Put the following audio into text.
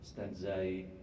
Stanzai